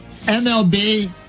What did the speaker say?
MLB